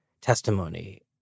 testimony